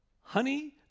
Honey